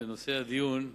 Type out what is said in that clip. לנושא הדיון,